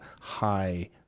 high